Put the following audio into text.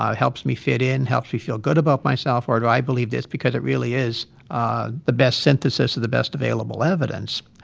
helps me fit in, helps me feel good about myself? or do i believe this because it really is ah the best synthesis of the best available evidence?